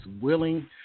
willing